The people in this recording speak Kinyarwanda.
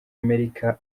amerika